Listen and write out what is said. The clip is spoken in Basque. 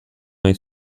nahi